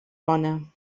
bona